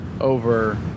over